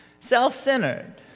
Self-centered